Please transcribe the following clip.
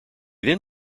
then